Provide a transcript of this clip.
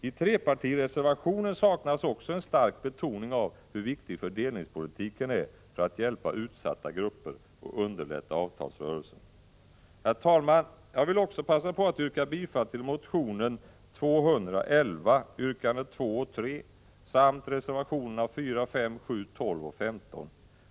I trepartireservationen saknas också en stark betoning av hur viktig fördelningspolitiken är för att hjälpa utsatta grupper och underlätta avtalsrörelsen. Herr talman! Jag vill också passa på att yrka bifall till motion 1985/86:Fi211 yrkandena 2 och 3 samt till reservationerna 4, 5, 7, 12 och 15.